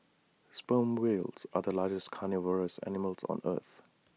sperm whales are the largest carnivorous animals on earth